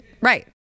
right